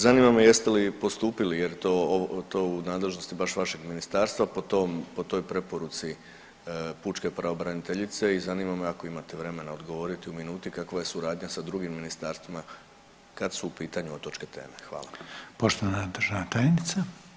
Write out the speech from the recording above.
Zanima me jeste li postupili jer to u nadležnosti baš vašeg ministarstva po tom, po toj preporuci pučke pravobraniteljice i zanima me ako imate vremena odgovori u minuti kakva je suradnja sa drugim ministarstvima kad su u pitanju otočke teme.